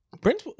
Prince